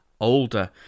older